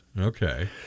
Okay